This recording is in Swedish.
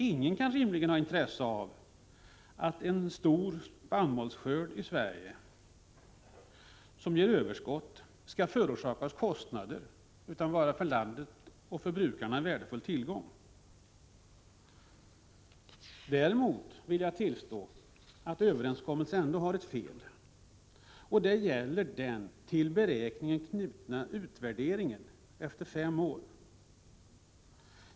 Ingen kan rimligen ha intresse av att en stor spannmålsskörd i Sverige, som ger överskott, skall förorsaka kostnader; den bör vara en för landet och för brukarna värdefull tillgång. Däremot vill jag tillstå att överenskommelsen ändå har ett fel. Det gäller den till beräkningen knutna utvärderingen efter fem år.